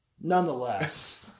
Nonetheless